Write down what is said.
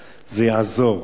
יעזור.